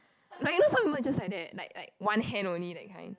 like you know some people just like that like like one hand only that kind